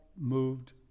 moved